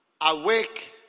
Awake